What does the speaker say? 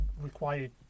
required